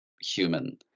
human